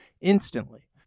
instantly